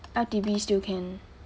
R_T_P still can